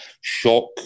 shock